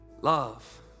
love